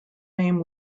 name